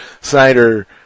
Snyder